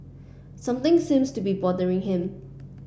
something seems to be bothering him